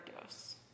dose